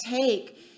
take